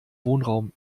wohnraum